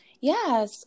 Yes